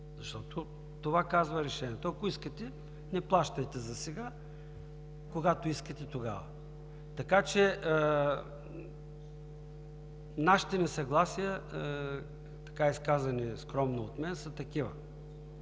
Защото това казва решението – ако искате, не плащайте засега, когато искате, тогава. Нашите несъгласия, изказани нескромно от мен, са такива.